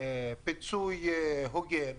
פיצוי הוגן,